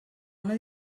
una